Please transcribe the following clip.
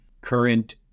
current